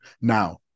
Now